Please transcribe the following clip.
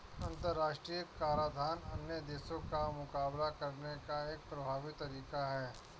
अंतर्राष्ट्रीय कराधान अन्य देशों का मुकाबला करने का एक प्रभावी तरीका है